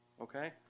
okay